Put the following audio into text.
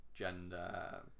Gender